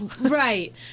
right